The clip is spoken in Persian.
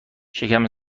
شکم